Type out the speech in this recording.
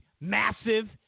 Massive